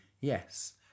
Yes